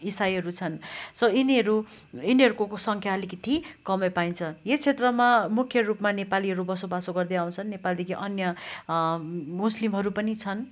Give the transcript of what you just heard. इसाईहरू छन् सो यिनीहरू यिनीहरूको संख्या अलिकति कमै पाइन्छ यस क्षेत्रमा मुख्य रूपमा नेपालीहरू बसोबासो गर्दै आउँछन् नेपालीदेखि अन्य मुस्लिमहरू पनि छन्